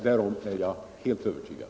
Därom är jag helt övertygad.